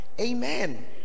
Amen